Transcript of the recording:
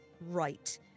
right